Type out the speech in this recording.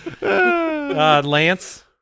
Lance